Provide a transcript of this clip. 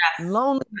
lonely